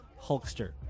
Hulkster